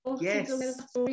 Yes